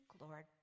Lord